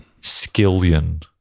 Skillion